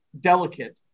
delicate